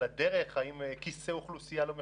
על הדרך, האם כיסי אוכלוסייה לא מחוסנים,